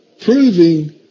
proving